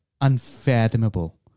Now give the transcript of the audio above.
unfathomable